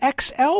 XL